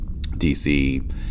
DC